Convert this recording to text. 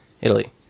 Italy